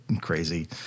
crazy